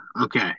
okay